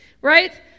right